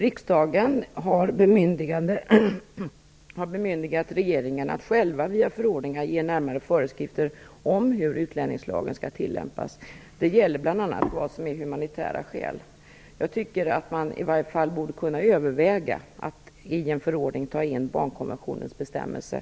Riksdagen har bemyndigat regeringen att själv via förordningar ge föreskrifter om hur utlänningslagen skall tillämpas. Det gäller bl.a. vad som är humanitära skäl. Jag tycker att man i varje fall borde kunna överväga att i en förordning ta in barnkonventionens bestämmelser.